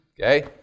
okay